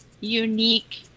unique